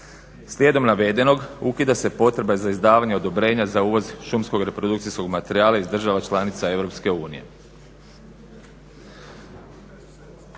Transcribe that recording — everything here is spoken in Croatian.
Slijedom navedenog ukida se potreba za izdavanje odobrenja za uvoz šumskog reprodukcijskog materijala iz država članica EU.